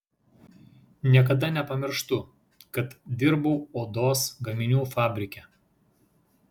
niekada nepamirštu kad dirbau odos gaminių fabrike